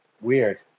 weird